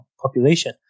population